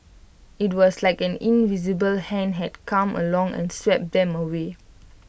IT was like an invisible hand had come along and swept them away